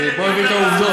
בואו נבין את העובדות.